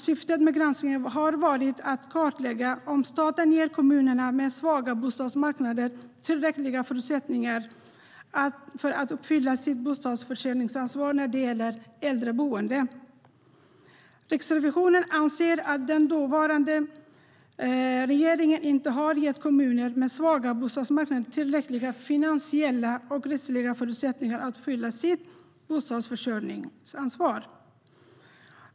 Syftet med granskningen har varit att kartlägga om staten ger kommuner med svaga bostadsmarknader tillräckliga förutsättningar för att uppfylla sitt bostadsförsörjningsansvar när det gäller äldres boende. Riksrevisionen anser att den tidigare regeringen inte gav kommuner med svaga bostadsmarknader tillräckliga finansiella och rättsliga förutsättningar att uppfylla sitt bostadsförsörjningsansvar.